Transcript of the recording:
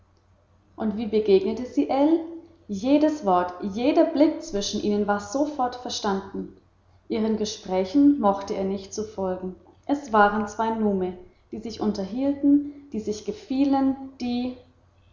und wie begegnete sie ell jedes wort jeder blick zwischen ihnen war sofort verstanden ihren gesprächen vermochte er nicht zu folgen es waren zwei nume die sich unterhielten die sich gefielen die